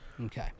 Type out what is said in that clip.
Okay